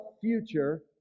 future